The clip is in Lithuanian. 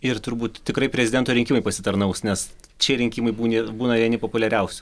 ir turbūt tikrai prezidento rinkimai pasitarnaus nes šie rinkimai būni būna vieni populiariausių